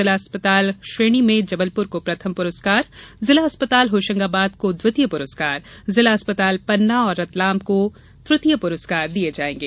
जिला अस्पताल श्रेणी में जबलपुर को प्रथम पुरस्कार जिला अस्पताल होशंगाबाद को द्वितीय पुरस्कार जिला अस्पताल पन्ना एवं रतलाम को तृतीय पुरस्कार दिये जायेगे